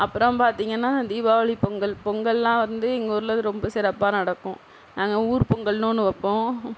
அப்புறம் பார்த்தீங்கன்னா தீபாவளி பொங்கல் பொங்கல்லாம் வந்து எங்கள் ஊரில் ரொம்ப சிறப்பாக நடக்கும் நாங்கள் ஊர் பொங்கல்னு ஒன்று வைப்போம்